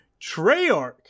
treyarch